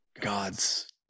God's